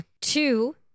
Two